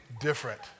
different